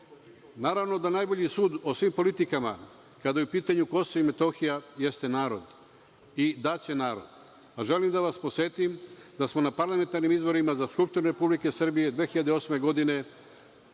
Naravno da najbolji sud o svim politikama, kada je u pitanju KiM, jeste narod i daće narod. Želim da vas podsetim da je na parlamentarnim izborima za Skupštinu Republike Srbije 2008. godine